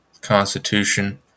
Constitution